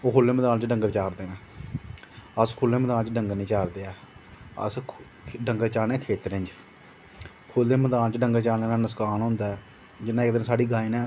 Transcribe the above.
ओह् खुल्लै मैदान च डंगर चारदे अस खुल्ले मैदान च निं चारदे ऐ अस डंगर चारने खेत्तरें च खुल्लै मैदान च डंगर चारने दा नुक्सान होंदा ऐ जियां इक दिन साढ़ी गाईं ने